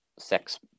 sex